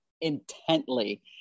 intently